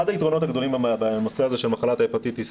היתרונות הגדולים בנושא הזה של מחלת ההפטיטיס